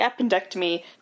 appendectomy